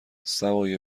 سوای